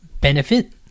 benefit